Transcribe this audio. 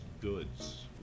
goods